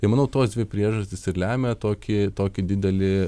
tai manau tos dvi priežastys ir lemia tokį tokį didelį